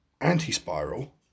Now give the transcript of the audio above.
Anti-Spiral